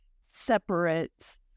separate